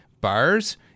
bars